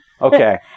Okay